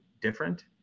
different